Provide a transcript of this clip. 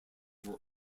were